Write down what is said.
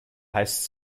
heißt